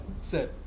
set